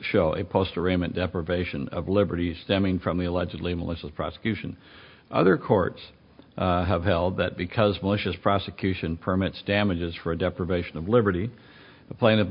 a post arraignment deprivation of liberty stemming from the allegedly malicious prosecution other courts have held that because malicious prosecution permits damages for deprivation of liberty the planet